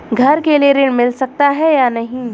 घर के लिए ऋण मिल सकता है या नहीं?